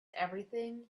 everything